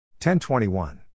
10-21